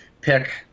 pick